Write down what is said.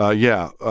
ah yeah,